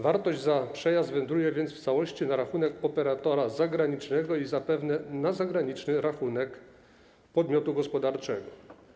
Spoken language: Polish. Wartość za przejazd wędruje więc w całości na rachunek operatora zagranicznego i zapewne na zagraniczny rachunek podmiotu gospodarczego.